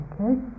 Okay